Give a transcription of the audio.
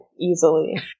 easily